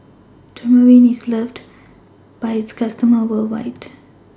Dermaveen IS loved By its customers worldwide